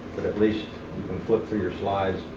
but at least you can flip through your slides.